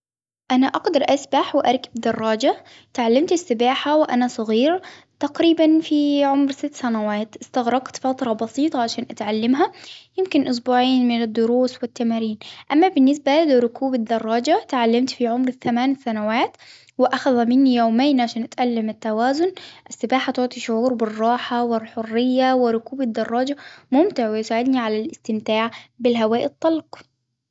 أنا أقدر أسبح وأركب دراجة، تعلمت السباحة وأنا صغير، تقريبا في عمري ست سنوات، إستغرقت فترة بسيطة عشان أتعلمها، يمكن إسبوعين من الدروس والتمارين، أما بالنسبة لركوب الدراجة تعلمت في عمر الثمان سنوات، وأخذ مني يومين عشان أتعلم التوازن السباحة، تعطي شعور بالراحة والحرية ، وركوب الدراجة ممتع ويساعدني على الإستمتاع بالهواء الطلق.